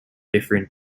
different